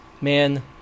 Man